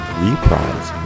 reprise